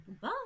Bye